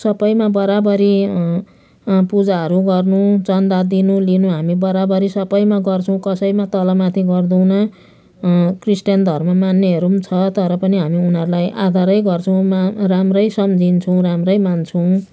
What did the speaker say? सबैमा बराबरी पूजाहरू गर्नु चन्दा दिनु लिनु हामी बराबरी सबैमा गर्छौँ कसैमा तलमाथि गर्दैनौँ क्रिस्चियन धर्म मान्नेहरू पनि छ तर पनि हामी उनीहरूलाई आदरै गर्छौँ मा राम्रै सम्झिन्छौँ राम्रै मान्छौँ